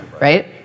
right